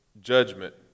Judgment